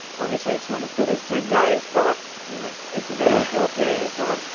obviously it's not as good as ten days but you know it's it's a very short period of time.